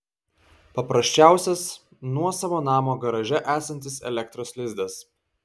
paprasčiausias nuosavo namo garaže esantis elektros lizdas